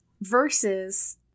versus